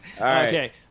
Okay